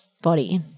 body